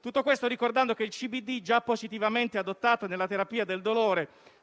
Tutto questo ricordando che il CBD, già positivamente adottato nella terapia del dolore,